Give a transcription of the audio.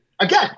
Again